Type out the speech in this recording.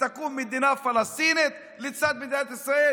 ותקום מדינה פלסטינית לצד מדינת ישראל